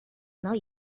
not